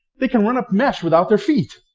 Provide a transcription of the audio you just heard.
they can run up mesh without their feet.